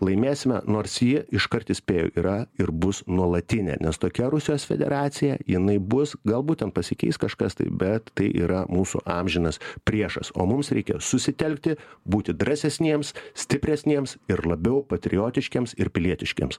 laimėsime nors ji iškart įspėju yra ir bus nuolatinė nes tokia rusijos federacija jinai bus galbūt ten pasikeis kažkas tai bet tai yra mūsų amžinas priešas o mums reikia susitelkti būti drąsesniems stipresniems ir labiau patriotiškiems ir pilietiškiems